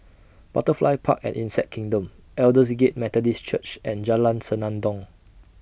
Butterfly Park and Insect Kingdom Aldersgate Methodist Church and Jalan Senandong